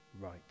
Right